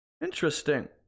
Interesting